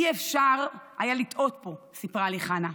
אי-אפשר היה לטעות פה, סיפרה לי חנה.